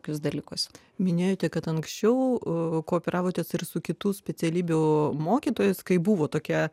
šiuos dalykus minėjote kad anksčiau o kopijavote ir su kitų specialybių mokytojus kai buvo tokia